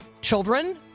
children